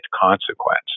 consequence